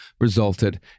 resulted